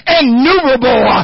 innumerable